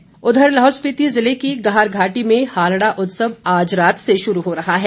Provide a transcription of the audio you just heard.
हालड़ा उत्सव उधर लाहौल स्पिति जिले की गाहर घाटी में हालड़ा उत्सव आज रात से शुरू हो रहा है